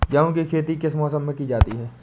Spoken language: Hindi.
गेहूँ की खेती किस मौसम में की जाती है?